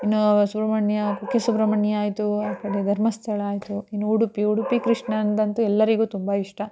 ಇನ್ನೂ ಸುಬ್ರಹ್ಮಣ್ಯ ಕುಕ್ಕೆ ಸುಬ್ರಹ್ಮಣ್ಯ ಆಯಿತು ಆ ಕಡೆ ಧರ್ಮಸ್ಥಳ ಆಯಿತು ಇನ್ನೂ ಉಡುಪಿ ಉಡುಪಿ ಕೃಷ್ಣಂದಂತೂ ಎಲ್ಲರಿಗೂ ತುಂಬ ಇಷ್ಟ